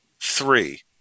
three